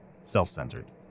self-centered